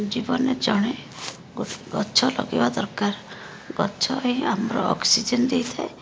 ଜୀବନରେ ଜଣେ ଗୋଟେ ଗଛ ଲଗେଇବା ଦରକାର ଗଛ ହିଁ ଆମର ଅକ୍ସିଜେନ୍ ଦେଇଥାଏ